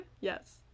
Yes